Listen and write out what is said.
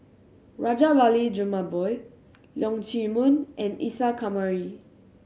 Rajabali Jumabhoy Leong Chee Mun and Isa Kamari